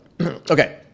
Okay